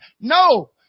No